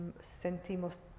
sentimos